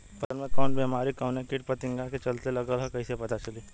फसल में कवन बेमारी कवने कीट फतिंगा के चलते लगल ह कइसे पता चली?